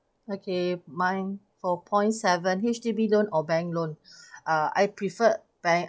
okay mine for point seven H_D_B loan or bank loan uh I preferred bank